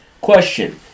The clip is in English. Question